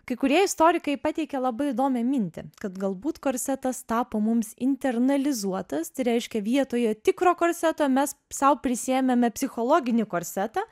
kai kurie istorikai pateikė labai įdomią mintį kad galbūt korsetas tapo mums internalizuotas tai reiškia vietoje tikro korseto mes sau prisiėmėme psichologinį korsetą